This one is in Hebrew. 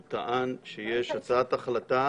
הוא טען שיש הצעת החלטה